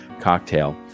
cocktail